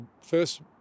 first